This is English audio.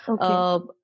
Okay